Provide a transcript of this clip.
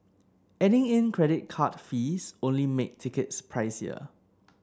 adding in credit card fees only make tickets pricier